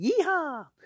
Yeehaw